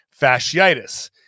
fasciitis